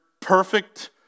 perfect